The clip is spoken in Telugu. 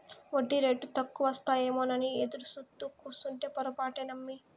ఒడ్డీరేటు తక్కువకొస్తాయేమోనని ఎదురుసూత్తూ కూసుంటే పొరపాటే నమ్మి